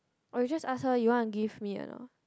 or just ask her you want give me a lot